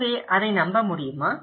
எனவே அதை நம்ப முடியுமா